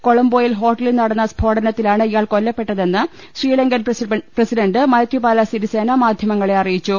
കൊളംബോയിൽ ഹോട്ടലിൽ നടന്ന സ്ഫോടനത്തിലാണ് ഇയാൾ കൊല്ലപ്പെട്ടതെന്ന് ശ്രീലങ്കൻ പ്രസിഡന്റ് മൈത്രിപാല സിരിസേന മാധ്യമങ്ങളെ അറി യിച്ചു